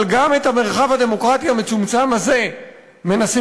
אבל גם את המרחב הדמוקרטי המצומצם הזה מנסים